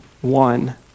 one